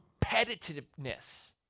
competitiveness